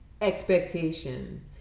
expectation